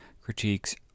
critiques